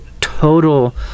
total